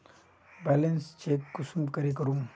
Balance check कुंसम करे करूम?